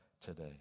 today